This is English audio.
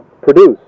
produce